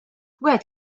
wieħed